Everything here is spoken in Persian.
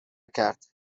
کرد